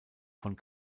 von